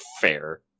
Fair